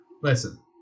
Listen